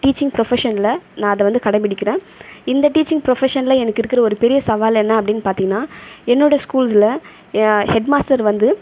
teaching ப்ரொஃபஷனில் நான் அதை வந்து கடைப்பிடிக்கறேன் இந்த டீச்சிங் ப்ரொஃபஷனில் எனக்கு இருக்கிற ஒரு பெரிய சவால் என்ன அப்படினு பார்த்தீங்கன்னா என்னோடய ஸ்கூல்ஸில் ஹெட்மாஸ்டர் வந்து